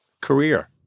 career